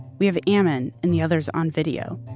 we have ammon and the other's on video,